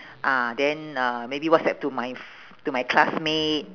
ah then uh maybe whatsapp to my f~ to my classmate